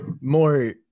more